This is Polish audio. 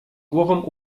głową